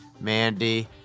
Mandy